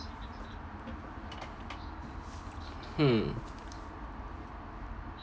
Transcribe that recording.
hmm